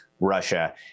Russia